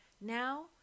Now